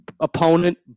opponent